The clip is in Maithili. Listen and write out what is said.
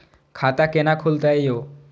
खाता केना खुलतै यो